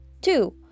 Two